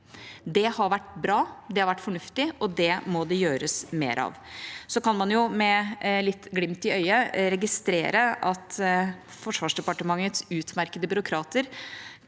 Det har vært bra, det har vært fornuftig, og det må det gjøres mer av. Så kan man med litt glimt i øyet registrere at Forsvarsdepartementets utmerkede byråkrater